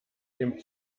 dem